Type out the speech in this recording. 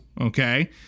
okay